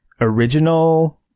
original